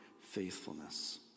faithfulness